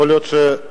יכול להיות שצריך,